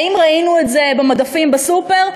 האם ראינו את זה במדפים בסופר?